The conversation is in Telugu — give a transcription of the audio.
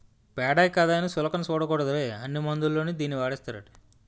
పేడే కదా అని సులకన సూడకూడదురోయ్, అన్ని మందుల్లోని దీన్నీ వాడేస్తారట